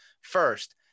first